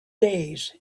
days